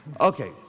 Okay